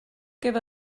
give